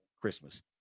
Christmas